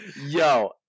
Yo